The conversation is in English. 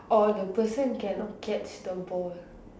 or the person cannot catch the ball